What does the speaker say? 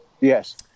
Yes